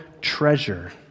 treasure